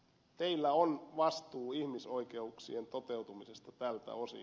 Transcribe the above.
teillä on vastuu ihmisoikeuksien toteutumisesta tältä osin